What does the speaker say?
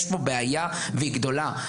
יש פה בעיה והיא גדולה,